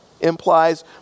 implies